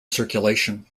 circulation